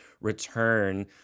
return